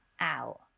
Out